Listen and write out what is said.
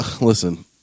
Listen